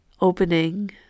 opening